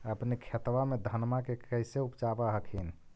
अपने खेतबा मे धन्मा के कैसे उपजाब हखिन?